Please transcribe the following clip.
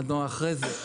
אין מדד.